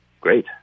great